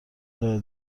داده